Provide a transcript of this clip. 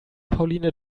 pauline